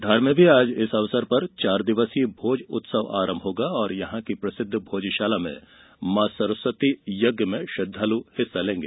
धार में भी आज इस अवसर पर चार दिवसीय भोज उत्सव आरंभ हुआ और यह की प्रसिद्ध भोजशाला में मॉ सरस्वती यज्ञ में श्रद्वालू भाग लेंगे